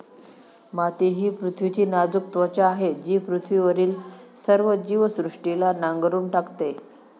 माती ही पृथ्वीची नाजूक त्वचा आहे जी पृथ्वीवरील सर्व जीवसृष्टीला नांगरून टाकते